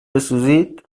بسوزید